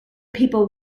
people